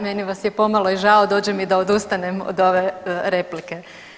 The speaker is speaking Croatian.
Meni vas je pomalo i žao, dođe mi da odustanem od ove replike.